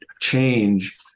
change